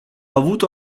avuto